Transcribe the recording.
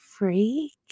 Freak